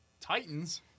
Titans